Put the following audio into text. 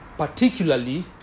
Particularly